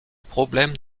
problème